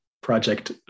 project